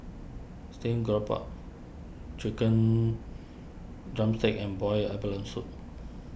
Steamed Grouper Chicken Drumstick and Boiled Abalone Soup